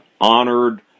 honored